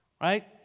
right